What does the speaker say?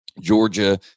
georgia